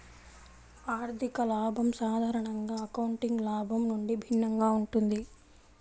ఆర్థిక లాభం సాధారణంగా అకౌంటింగ్ లాభం నుండి భిన్నంగా ఉంటుంది